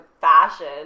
fashion